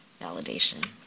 validation